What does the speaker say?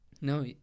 No